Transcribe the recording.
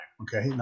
Okay